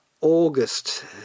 August